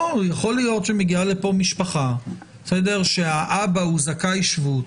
יכול להיות שמגיעה לפה משפחה שהאב הוא זכאי שבות.